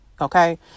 okay